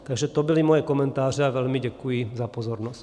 Takže to byly moje komentáře a velmi děkuji za pozornost.